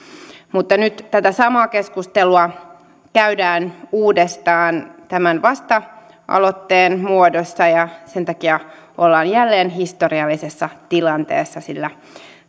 mutta nyt tätä samaa keskustelua käydään uudestaan tämän vasta aloitteen muodossa ja sen takia ollaan jälleen historiallisessa tilanteessa sillä